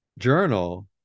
Journal